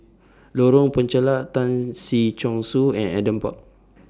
Lorong Penchalak Tan Si Chong Su and Adam Park